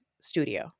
studio